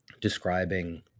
describing